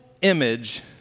image